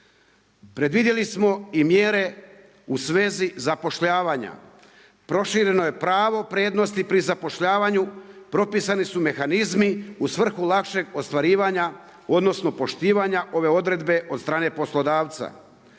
Predvidjeli smo i mjere u svezi zapošljavanja, prošireno je pravo prednosti pri zapošljavanju, propisani su mehanizmi u svrhu lakšeg ostvarivanja, odnosno poštivanja ove odredbe od strane poslodavca.